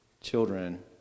children